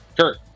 Kurt